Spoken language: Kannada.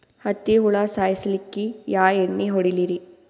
ಹತ್ತಿ ಹುಳ ಸಾಯ್ಸಲ್ಲಿಕ್ಕಿ ಯಾ ಎಣ್ಣಿ ಹೊಡಿಲಿರಿ?